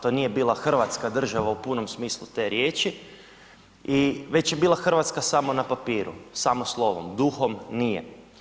To nije bila Hrvatska država u punom smislu te riječi već je bila Hrvatska samo na papiru, samo slovom, duhom nije.